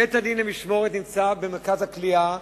בית-הדין למשמורת נמצא במרכז הכליאה,